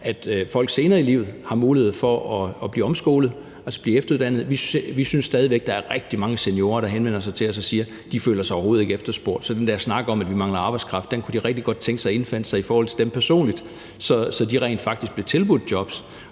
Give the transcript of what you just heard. at folk senere i livet har mulighed for at blive omskolet, altså blive efteruddannet. Vi synes stadig væk, der er rigtig mange seniorer, der henvender sig til os og siger, at de overhovedet ikke føler sig efterspurgt. Så den der snak om, at vi mangler arbejdskraft, kunne de rigtig godt tænke sig indfandt sig i forhold til dem personligt, så de rent faktisk fik tilbudt jobs.